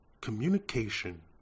Communication